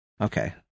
Okay